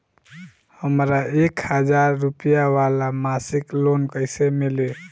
हमरा एक हज़ार रुपया वाला मासिक लोन कईसे मिली?